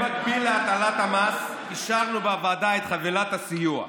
במקביל להטלת המס, אישרנו בוועדה את חבילת הסיוע.